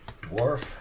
Dwarf